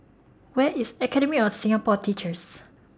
Where IS Academy of Singapore Teachers